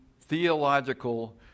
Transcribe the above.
theological